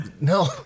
No